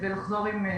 ונחזור עם תשובות.